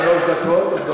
שלוש דקות.